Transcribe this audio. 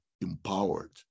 empowered